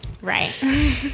Right